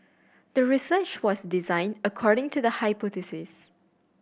the research was designed according to the hypothesis